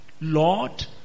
lord